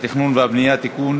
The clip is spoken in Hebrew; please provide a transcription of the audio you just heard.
שוויון ההזדמנויות בעבודה (תיקון,